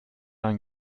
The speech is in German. ein